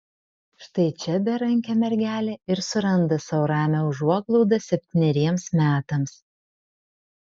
štai čia berankė mergelė ir suranda sau ramią užuoglaudą septyneriems metams